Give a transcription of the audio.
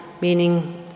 meaning